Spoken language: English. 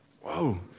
Whoa